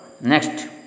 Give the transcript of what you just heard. next